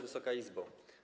Wysoka Izbo!